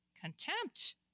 contempt